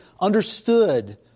understood